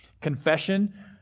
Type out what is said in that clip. Confession